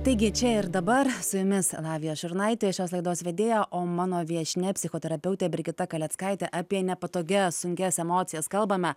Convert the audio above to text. taigi čia ir dabar su jumis lavija šurnaitė šios laidos vedėja o mano viešnia psichoterapeutė brigita kaleckaitė apie nepatogias sunkias emocijas kalbame